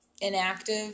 inactive